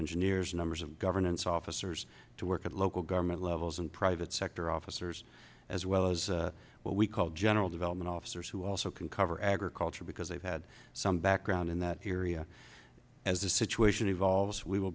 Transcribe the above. engineers numbers of governance officers to work at local government levels and private sector officers as well as what we call general development officers who also can cover agriculture because they've had some background in that area as the situation evolves we will